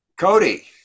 Cody